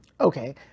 Okay